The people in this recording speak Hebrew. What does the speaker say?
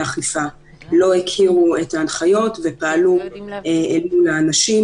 האכיפה לא הכירו את ההנחיות ופעלו אל מול האנשים.